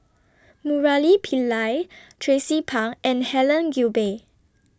Murali Pillai Tracie Pang and Helen Gilbey